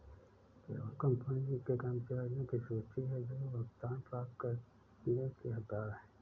payroll company के कर्मचारियों की सूची है जो भुगतान प्राप्त करने के हकदार हैं